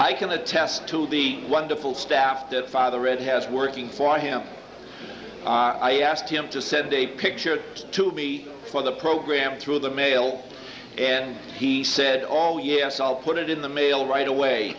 i can attest to the wonderful staff that father ed has working for him i asked him to said a picture to be for the program through the mail and he said all yes i'll put it in the mail right away